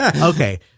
Okay